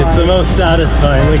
the most satisfying.